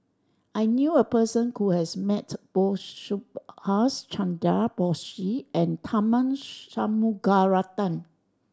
I knew a person who has met both Subhas Chandra Bose and Tharman Shanmugaratnam